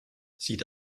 sieht